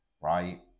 right